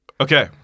Okay